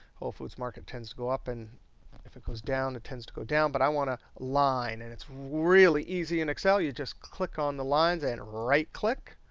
whole foods market tends to go up. and if it goes down, it tends to go down. but i want a line. and it's really easy in excel. you just click on the lines and right click